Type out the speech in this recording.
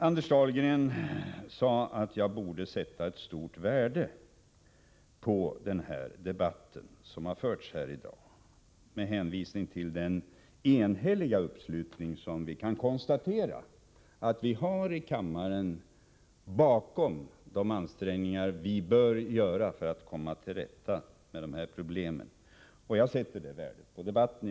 Anders Dahlgren sade att jag borde sätta stort värde på den debatt som har förts här i dag, med hänvisning till den enhälliga uppslutningen i riksdagen bakom de ansträngningar som bör göras för att komma till rätta med de här problemen. Jag sätter värde på debatten.